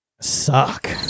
suck